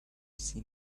seen